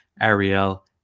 Ariel